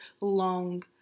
long